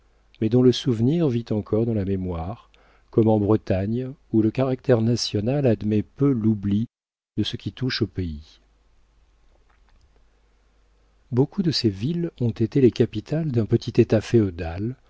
mais dont le souvenir vit encore dans la mémoire comme en bretagne où le caractère national admet peu l'oubli de ce qui touche au pays beaucoup de ces villes ont été les capitales d'un petit état féodal